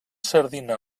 sardina